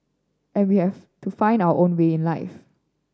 and we have to find our own way in life